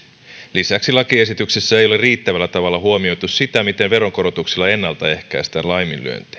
lisäksi lakiesityksessä ei ole riittävällä tavalla huomioitu sitä miten veronkorotuksilla ennaltaehkäistään laiminlyöntejä